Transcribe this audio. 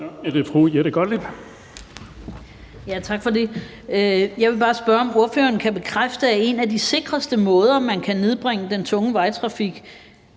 Jeg vil bare spørge, om ordføreren kan bekræfte, at en af de sikreste måder, man kan nedbringe den tunge vejtrafik